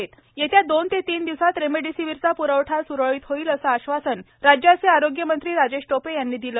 remdesivir येत्या दोन ते तीन दिवसात रेमडेसिवीरचा प्रवठा सुरळीत होईल असं आश्वासन राज्याचे आरोग्यमंत्री राजेश टोपे यांनी दिलं